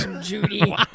Judy